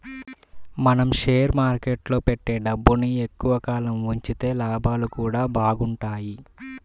మనం షేర్ మార్కెట్టులో పెట్టే డబ్బుని ఎక్కువ కాలం ఉంచితే లాభాలు గూడా బాగుంటయ్